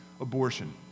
abortion